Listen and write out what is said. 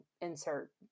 insert